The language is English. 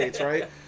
right